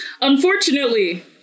Unfortunately